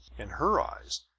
in her eyes,